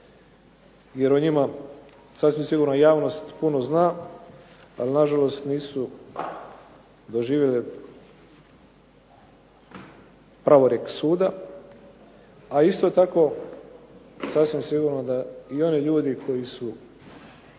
jer o njima sasvim sigurno javnost puno zna, ali na žalost nisu doživjeli pravorijek suda, a isto tako sasvim sigurno da i oni ljudi koji su